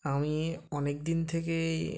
আমি অনেক দিন থেকেই